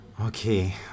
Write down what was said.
Okay